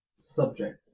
Subject